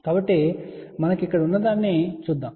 కాబట్టి మనకు ఇక్కడ ఉన్నదాన్ని చూద్దాం